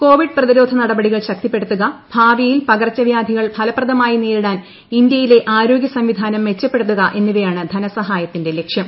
Covid പ്രതിരോധ നടപടികൾ ശക്തിപ്പെടുത്തുക ഭാവിയിൽ പകർച്ചവ്യാ്ഡ്ലികൾ ഫലപ്രദമായി നേരിടാൻ ഇന്ത്യയിലെ ആരോഗ്യ സൃപ്പിക്ടർന്ന്ം മെച്ചപ്പെടുത്തുക എന്നിവയാണ് ധനസഹായത്തിന്റെ പ്രിക്ഷ്യം